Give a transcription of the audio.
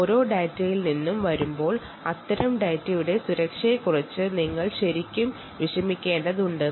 ഓരോ പേഷ്യൻറ്റിന്റെയും അടുത്തു നിന്ന് വരുന്ന ഡാറ്റയുടെ സുരക്ഷയെകുറിച്ചും ഞങ്ങൾ ശ്രദ്ധിക്കേണ്ടതുണ്ട്